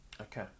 Okay